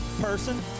person